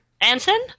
Anson